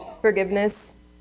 forgiveness